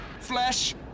Flesh